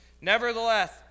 Nevertheless